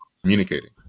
communicating